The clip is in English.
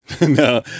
No